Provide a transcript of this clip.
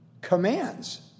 commands